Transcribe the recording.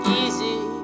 easy